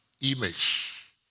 image